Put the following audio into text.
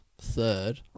third